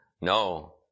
No